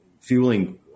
fueling